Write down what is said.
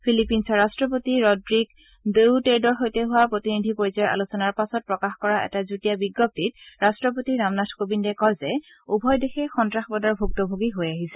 ফিলিপিনছৰ ৰাট্টপতি ৰড়িক ডয়ুটেৰ্টৰ সৈতে হোৱা প্ৰতিনিধি পৰ্যায়ৰ আলোচনাৰ পাছত প্ৰকাশ কৰা এটা যুটীয়া বিজ্ঞপ্তিত ৰাট্টপতি ৰামনাথ কোবিন্দে কয় যে উভয় দেশে সন্তাসবাদৰ ভুক্তভোগী হৈ আহিছে